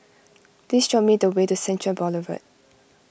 please show me the way to Central Boulevard